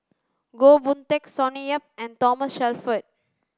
Goh Boon Teck Sonny Yap and Thomas Shelford